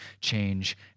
change